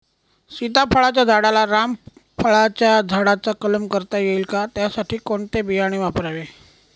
सीताफळाच्या झाडाला रामफळाच्या झाडाचा कलम करता येईल का, त्यासाठी कोणते बियाणे वापरावे?